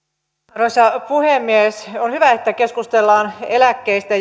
arvoisa puhemies on hyvä että keskustellaan eläkkeistä